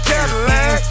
Cadillac